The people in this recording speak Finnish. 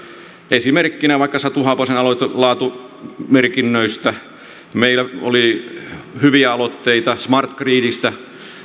esimerkkinä vaikka satu haapasen aloite laatumerkinnöistä meillä oli hyviä aloitteita smart gridistä